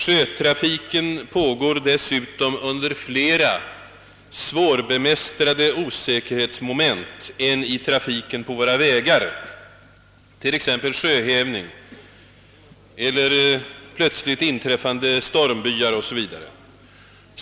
Sjötrafiken pågår dessutom under flera svårbemästrade osäkerhetsmoment än trafiken på våra vägar — sjöhävning, plötsligt inträffande stormbyar 0. s. Vv.